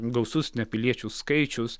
gausus ne piliečių skaičius